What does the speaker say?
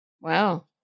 Wow